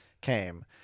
came